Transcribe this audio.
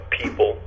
people